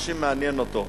מה שמעניין אותו,